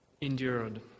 endured